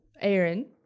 Aaron